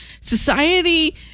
Society